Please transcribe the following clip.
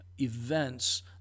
events